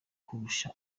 kurusha